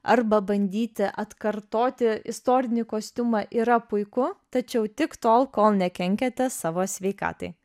arba bandyti atkartoti istorinį kostiumą yra puiku tačiau tik tol kol nekenkiate savo sveikatai